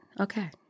Okay